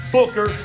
Booker